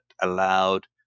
allowed